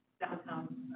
downtown